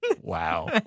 wow